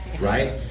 right